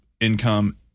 income